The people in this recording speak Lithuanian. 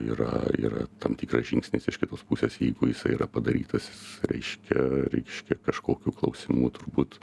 yra yra tam tikras žingsnis iš kitos pusės jeigu jisai yra padarytas reiškia reiškia kažkokiu klausimų turbūt